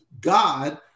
God